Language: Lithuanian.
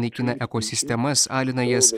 naikina ekosistemas alina jas